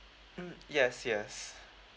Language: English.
mm yes yes